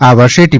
આ વર્ષે ટી